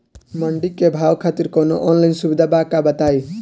मंडी के भाव खातिर कवनो ऑनलाइन सुविधा बा का बताई?